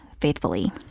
faithfully